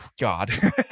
God